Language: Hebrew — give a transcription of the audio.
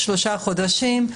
שלושה חודשים,